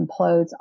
implodes